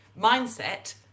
mindset